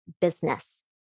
business